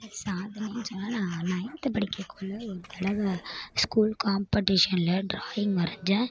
சாதனைன்னு சொன்னால் நான் நைன்த்து படிக்கக்குள்ள ஒரு தடவை ஸ்கூல் காம்படிஷனில் டிராயிங் வரைஞ்சேன்